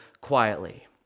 quietly